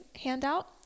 handout